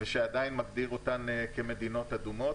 ושעדיין מגדיר אותן כמדינות אדומות.